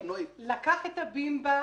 לקח את הבימבה,